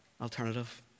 alternative